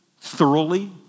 thoroughly